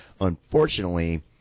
unfortunately